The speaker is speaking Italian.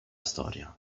storia